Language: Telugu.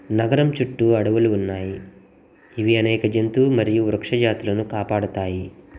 నగరం చుట్టూ అడవులు ఉన్నాయి ఇవి అనేక జంతువు మరియు వృక్ష జాతులను కాపాడతాయి